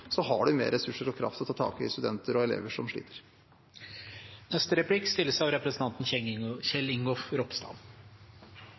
så har de mer ressurser og kraft til å ta tak i studenter og elever som